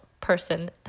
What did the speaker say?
person